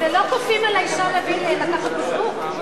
לא כופים עלי שם לקחת בקבוק.